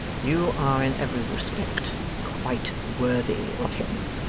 you are in every respect quite worthy of him.